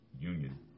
union